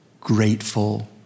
grateful